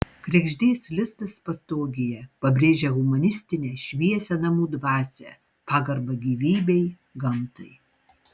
kregždės lizdas pastogėje pabrėžia humanistinę šviesią namų dvasią pagarbą gyvybei gamtai